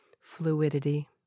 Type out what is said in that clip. fluidity